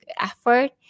effort